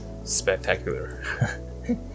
spectacular